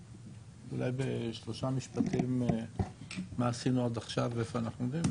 אולי בשלושה משפטים מה עשינו עד עכשיו ואיפה אנחנו עומדים,